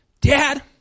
Dad